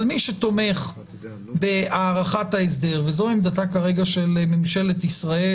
אבל מי שתומך בהארכת ההסדר וזו עמדתה כרגע של ממשלת ישראל